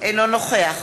אינו נוכח